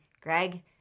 Greg